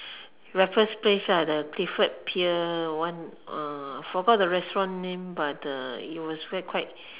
Raffles place ah the Clifford pier one uh forgot the restaurant name but uh it was quite